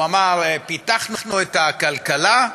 הוא אמר: פיתחנו את הכלכלה,